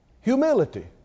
Humility